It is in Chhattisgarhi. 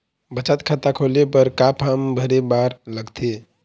बचत खाता खोले बर का का फॉर्म भरे बार लगथे?